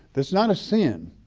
that's not a sin.